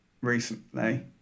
recently